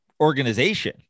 organization